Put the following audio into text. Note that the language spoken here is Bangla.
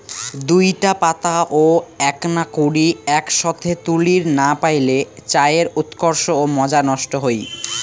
দুইটা পাতা ও এ্যাকনা কুড়ি এ্যাকসথে তুলির না পাইলে চায়ের উৎকর্ষ ও মজা নষ্ট হই